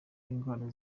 indwara